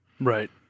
Right